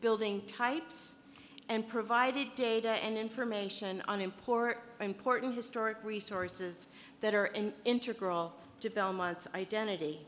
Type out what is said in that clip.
building types and provided data and information on import important historic resources that are in interpol to belmont's identity